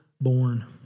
born